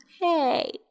Hey